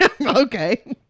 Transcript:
Okay